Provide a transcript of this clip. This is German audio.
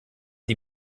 die